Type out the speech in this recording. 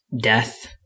death